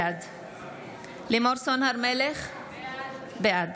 בעד לימור סון הר מלך, בעד